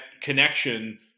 connection